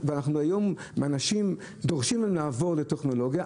והיום דורשים מאנשים לעבור לטכנולוגיה,